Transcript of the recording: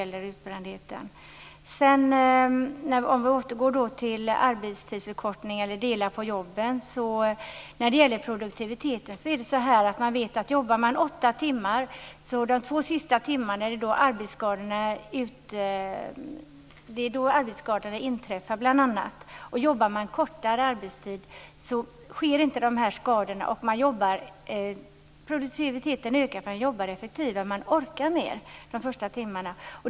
Låt mig sedan återgå till arbetstidsförkortningen och att man ska dela på jobben. Om man jobbar åtta timmar vet man att arbetsskadorna inträffar under de två sista. Om man har kortare arbetstid uppstår inte de här skadorna och produktiviteten ökar eftersom man jobbar effektivare. Man orkar mer de första timmarna.